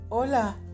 Hola